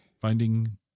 finding